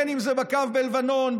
אם זה בקו בלבנון,